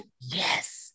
Yes